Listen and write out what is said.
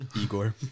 Igor